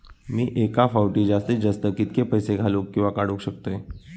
मी एका फाउटी जास्तीत जास्त कितके पैसे घालूक किवा काडूक शकतय?